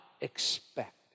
expect